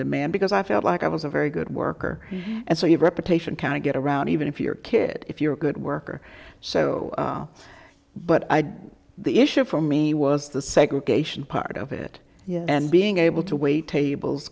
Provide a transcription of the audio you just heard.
demand because i felt like i was a very good worker and so your reputation can get around even if your kid if you're a good worker so but i the issue for me was the segregation part of it and being able to wait tables